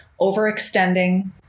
overextending